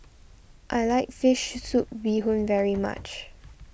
I like Fish Soup Bee Hoon very much